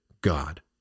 God